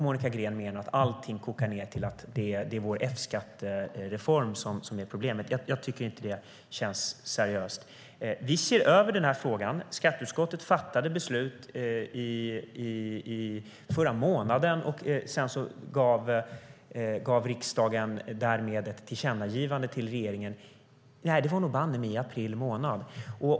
Monica Green menar att allting kokar ned till att det är vår F-skattereform som är problemet. Jag tycker inte att det känns seriöst. Vi ser över denna fråga. Skatteutskottet fattade beslut i förra månaden, och riksdagen gav därmed ett tillkännagivande till regeringen. Nej, det var nog banne mig i april månad!